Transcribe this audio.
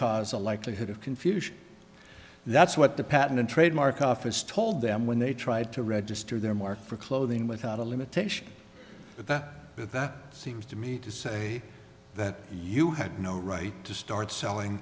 cause a likelihood of confusion that's what the patent and trademark office told them when they tried to register their mark for clothing without a limitation but that seems to me to say that you had no right to start selling